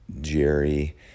Jerry